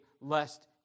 lest